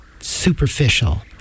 superficial